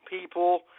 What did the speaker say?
people